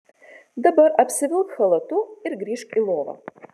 dabar apsivilk chalatu ir grįžk į lovą